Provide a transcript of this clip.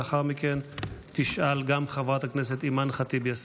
לאחר מכן תשאל גם חברת הכנסת אימאן ח'טיב יאסין.